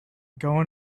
going